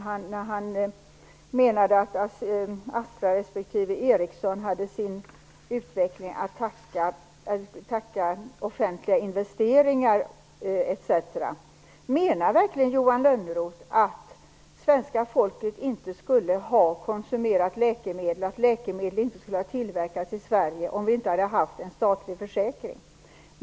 Han sade att Astra respektive Ericsson hade offentliga investeringar att tacka för sin utveckling. Menar Johan Lönnroth verkligen att svenska folket inte skulle ha konsumerat läkemedel, att läkemedel inte skulle ha tillverkats i Sverige om vi inte hade haft en statlig försäkring?